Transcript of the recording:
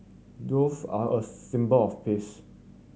doves are a symbol of peace